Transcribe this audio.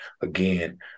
Again